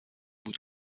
بود